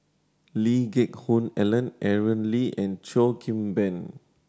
Lee Geck Hoon Ellen Aaron Lee and Cheo Kim Ban